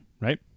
right